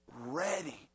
ready